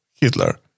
Hitler